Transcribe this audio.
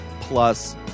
Plus